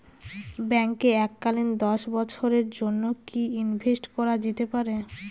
ব্যাঙ্কে এককালীন দশ বছরের জন্য কি ইনভেস্ট করা যেতে পারে?